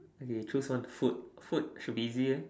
okay choose one food food should be easy eh